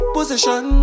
Position